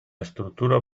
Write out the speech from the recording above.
estructura